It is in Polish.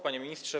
Panie Ministrze!